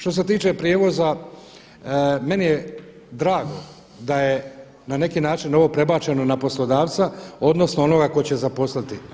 Što se tiče prijevoza, meni je drago da je na neki način ovo prebačeno na poslodavca odnosno na onoga tko će zaposliti.